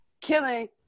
killing